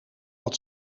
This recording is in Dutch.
wat